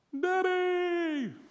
Daddy